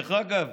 דרך אגב,